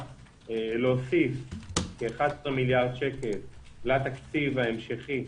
להוסיף כ-11 מיליארד שקל לתקציב ההמשכי.